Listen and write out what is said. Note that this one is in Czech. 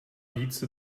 víc